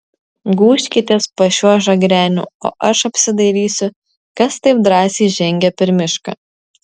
gūžkitės po šiuo žagreniu o aš apsidairysiu kas taip drąsiai žengia per mišką